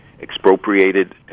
expropriated